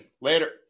Later